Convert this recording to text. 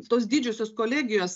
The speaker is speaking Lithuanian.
tos didžiosios kolegijos